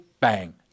bang